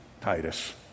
Titus